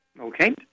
Okay